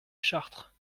chartres